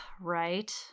right